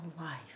life